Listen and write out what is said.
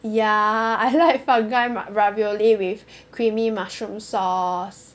ya I like fungi ravioli with creamy mushroom sauce